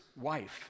wife